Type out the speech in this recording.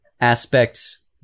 aspects